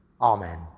Amen